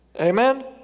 Amen